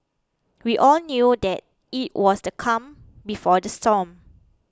we all knew that it was the calm before the storm